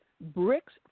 bricks